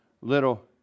little